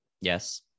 Yes